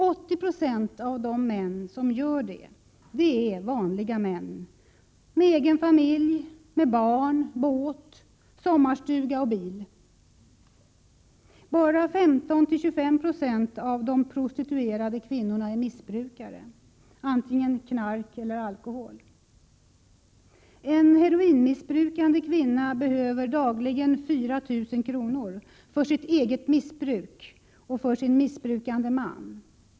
80 26 av de män som gör det är vanliga män med egen familj, med barn, båt, sommarstuga och bil. Bara 15-25 96 av de prostituerade kvinnorna är missbrukare, antingen av knark eller av alkohol. En heroinmissbrukande kvinna behöver dagligen 4 000 kr. för sitt eget missbruk och åt sin missbrukande man.